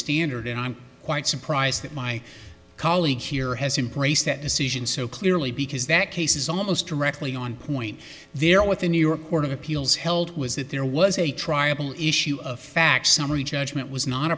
standard and i'm quite surprised that my colleague here has embraced that decision so clearly because that case is almost directly on point there with the new york court of appeals held was that there was a triable issue of fact summary judgment was not